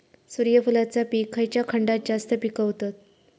सूर्यफूलाचा पीक खयच्या खंडात जास्त पिकवतत?